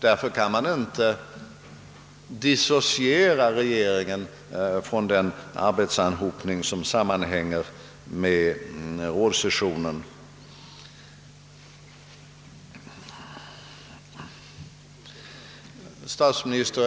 Därför kan man inte dissociera regeringen från den arbetsanhopning som sammanhänger med rådssessionen.